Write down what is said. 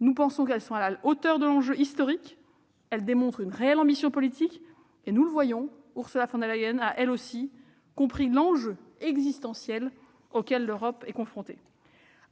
Nous pensons que cette proposition est à la hauteur de l'enjeu historique et qu'elle démontre une réelle ambition politique. Ursula von der Leyen a compris l'enjeu existentiel auquel l'Europe est confrontée.